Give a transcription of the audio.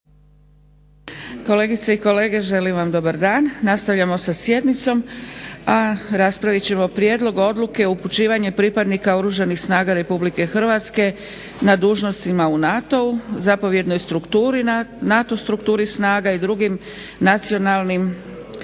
Kolegice i kolege, želim vam dobar dan. Nastavljamo sa sjednicom, a raspravit ćemo - Prijedlog odluke o upućivanju pripadnika Oružanih snaga Republike Hrvatske na dužnostima u NATO zapovjednoj strukturi, NATO strukturi snaga i drugim nacionalnim